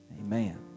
Amen